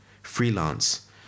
Freelance